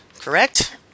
Correct